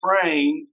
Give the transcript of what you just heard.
frame